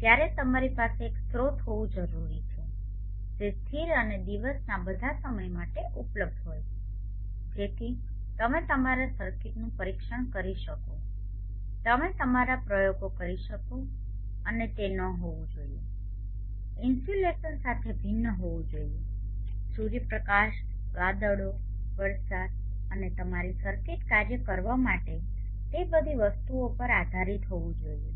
ત્યારે તમારી પાસે એક સ્રોત હોવું જરૂરી છે જે સ્થિર અને દિવસના બધા સમય માટે ઉપલબ્ધ હોય જેથી તમે તમારા સર્કિટનું પરીક્ષણ કરી શકો તમે તમારા પ્રયોગો કરી શકો અને તે ન હોવું જોઈએ ઇન્સ્યુલેશન સાથે ભિન્ન હોવું જોઈએ સૂર્યપ્રકાશ વાદળો વરસાદ અને તમારી સર્કિટ કાર્ય કરવા માટે તે બધી વસ્તુઓ પર આધારિત હોવું જોઈએ